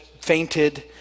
fainted